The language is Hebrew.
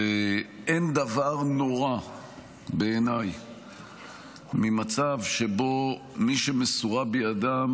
אין דבר נורא בעיניי ממצב שבו מי שמסורה בידם